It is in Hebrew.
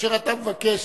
כאשר אתה מבקש